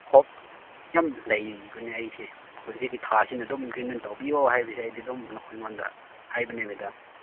ꯍꯣꯞ ꯌꯥꯝ ꯂꯩꯕꯅꯦ ꯑꯩꯁꯦ ꯍꯧꯖꯤꯛꯀꯤ ꯊꯥꯁꯤꯗ ꯑꯩꯗꯤ ꯏꯟꯀ꯭ꯔꯤꯃꯦꯟ ꯇꯧꯕꯤꯌꯣ ꯍꯥꯏꯕꯁꯦ ꯑꯩꯗꯤ ꯑꯗꯨꯝ ꯅꯈꯣꯏꯗ ꯍꯥꯏꯕꯅꯦ ꯃꯦꯗꯥꯝ